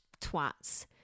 twats